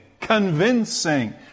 convincing